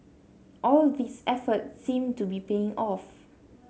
all these efforts seem to be paying off